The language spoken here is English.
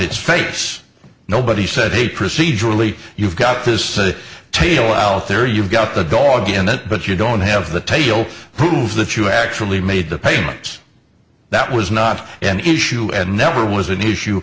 its face nobody said hey procedurally you've got to say table out there you've got the dog in that but you don't have the tail proves that you actually made the payments that was not an issue and never was an issue